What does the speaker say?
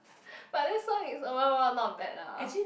but this song is overall not bad lah